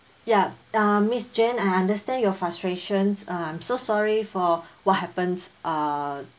ya uh miss jane I understand your frustrations uh I'm so sorry for what happened uh